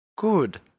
Good